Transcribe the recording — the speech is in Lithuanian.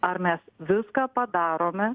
ar mes viską padarome